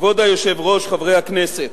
כבוד היושב-ראש, חברי הכנסת,